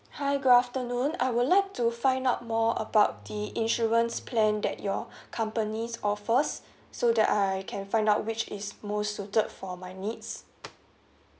hi good afternoon I would like to find out more about the insurance plan that your company offers so that I can find out which is most suited for my needs